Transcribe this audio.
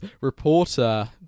reporter